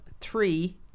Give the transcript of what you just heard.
three